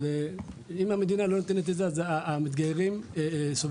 אבל אם המדינה לא נותנת את זה אז המתגיירים סובלים.